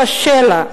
קשה לה.